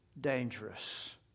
dangerous